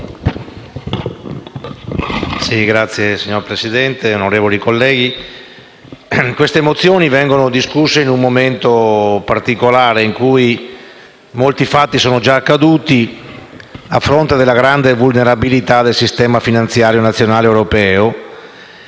*(PD)*. Signor Presidente, onorevoli colleghi, le mozioni oggi all'esame vengono discusse in un momento particolare, in cui molti fatti sono già accaduti, a fronte della grande vulnerabilità del sistema finanziario nazionale ed europeo,